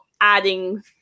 adding